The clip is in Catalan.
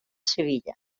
sevilla